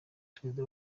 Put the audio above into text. perezida